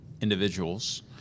individuals